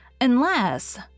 Unless